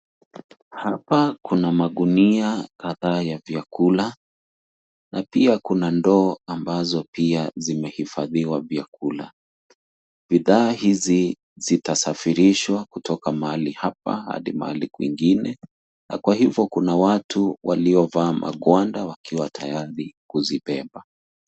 Hapa kuna magunia kadhaa ya vyakula na pia kuna ndoo ambazo pia zimehifadhiwa vyakula. Bidhaa hizi zitasafirishwa kutoka mahali hapa hadi mahali kwingine, na hivyo kuna watu waliovaa magwanda wakiwa tayari kuzipa.